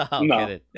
No